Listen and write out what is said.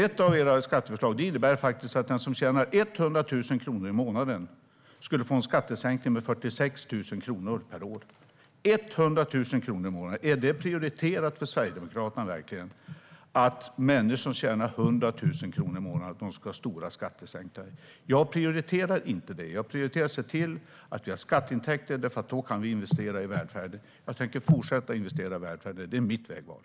Ett av era skatteförslag innebär att den som tjänar 100 000 kronor i månaden skulle få en skattesänkning med 46 000 kronor per år. Är människor som tjänar 100 000 kronor i månaden verkligen något som är prioriterat inom Sverigedemokraterna? Ska de ha stora skattesänkningar? Detta prioriterar inte jag, utan jag vill se till att vi har skatteintäkter, för då kan vi investera i välfärden. Jag tänker fortsätta att investera i välfärden. Det är mitt vägval.